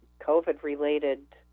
COVID-related